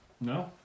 no